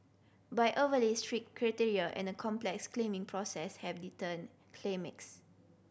but overly strict criteria and a complex claiming process have deterred